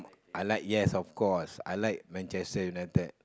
I like yes of course I like Manchester-United